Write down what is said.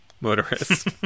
Motorist